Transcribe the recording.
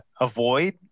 avoid